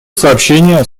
сообщение